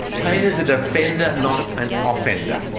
pain is a defender, not an offender,